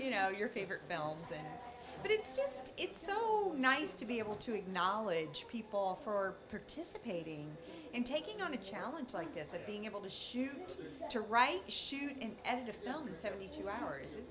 you know your favorite films and but it's just it's so nice to be able to acknowledge people for participating and taking on a challenge like this and being able to shoot to write shoot and edit a film in seventy two hours it's